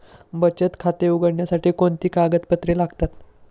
बचत खाते उघडण्यासाठी कोणती कागदपत्रे लागतात?